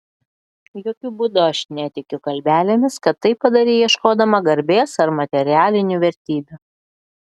jokiu būdu aš netikiu kalbelėmis kad tai padarei ieškodama garbės ar materialinių vertybių